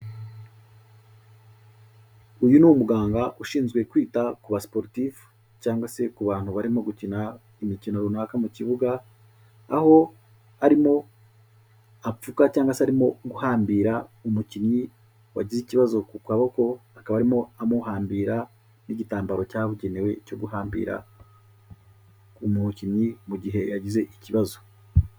Uyu ni umuganga ushinzwe kwita ku basiporutifu cyangwase ku bantu barimo gukina imikino runaka mu kibuga, aho arimo apfuka cyangwase arimo guhambira umukinnyi wagize ikibazo ku kaboko, akaba arimo amuhambira n'igitambaro cyabugenewe cyo guhambira umukinnyi mu gihe yagize ikibazo.